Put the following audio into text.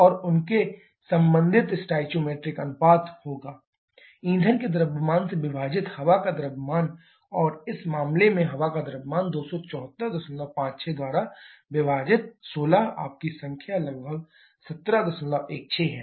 और उनके संबंधित स्टोइकोमेट्रिक अनुपात होगा ईंधन के द्रव्यमान से विभाजित हवा का द्रव्यमान और इस मामले में हवा का द्रव्यमान 27456 द्वारा विभाजित 16 आपकी संख्या लगभग 1716 है